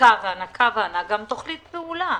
הענקה והענקה גם תוכנית פעולה.